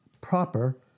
proper